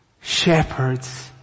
Shepherds